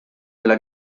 della